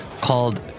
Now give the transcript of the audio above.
called